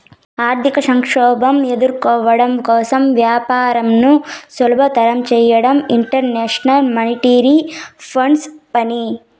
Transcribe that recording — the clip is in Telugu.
ఆర్థిక సంక్షోభం ఎదుర్కోవడం కోసం వ్యాపారంను సులభతరం చేయడం ఇంటర్నేషనల్ మానిటరీ ఫండ్ పని